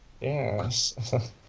Yes